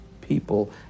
people